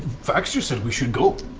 vax just said we should go!